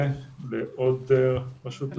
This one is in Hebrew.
ונחף.